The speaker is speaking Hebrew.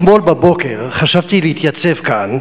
אתמול בבוקר חשבתי להתייצב כאן